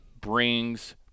brings